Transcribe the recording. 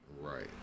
Right